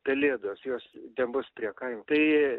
pelėdos jos nebus prie kaimo tai